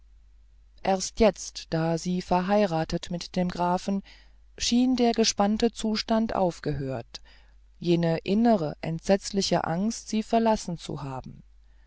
erst jetzt da sie verheiratet mit dem grafen schien der gespannte zustand aufgehört jene innere entsetzliche angst sie verlassen zu haben